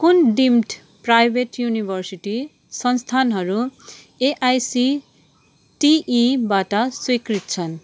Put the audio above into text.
कुन deemed private university संस्थानहरू एआइसीटीईबाट स्विकृत छन्